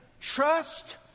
Trust